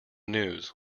news